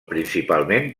principalment